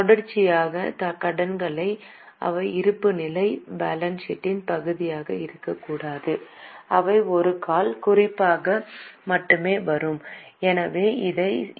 தொடர்ச்சியான கடன்கள் அவை இருப்புநிலைப் பகுதியாக இருக்கக்கூடாது அவை ஒரு கால் குறிப்பாக மட்டுமே வரும் எனவே இதை என்